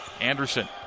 Anderson